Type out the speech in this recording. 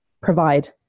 provide